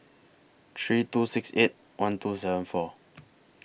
three two six eight one two seven four